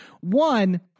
One